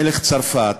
מלך צרפת,